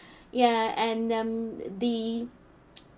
ya and um the